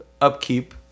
upkeep